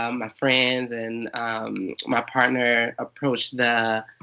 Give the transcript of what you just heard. um my friends, and my partner approached the